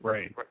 Right